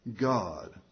God